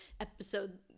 episode